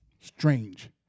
strange